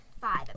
five